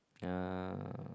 uh